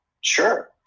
sure